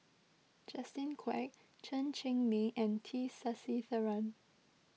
Justin Quek Chen Cheng Mei and T Sasitharan